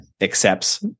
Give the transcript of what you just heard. accepts